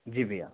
जी भैया